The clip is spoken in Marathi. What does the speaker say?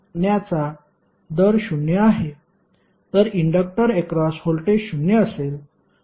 तर इंडक्टर अक्रॉस व्होल्टेज शून्य असेल